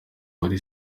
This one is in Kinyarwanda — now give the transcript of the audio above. uwari